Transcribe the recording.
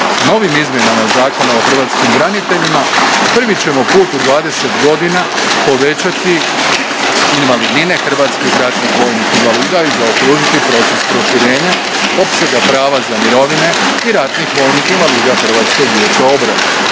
Novim izmjenama Zakona o hrvatskim braniteljima prvi ćemo put u 20 godina povećati invalidnine hrvatskih ratnih vojnih invalida i zaokružiti proces proširenja opsega prava za mirovine i ratnih vojnih invalida Hrvatskoga vijeća obrane.